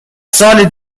سال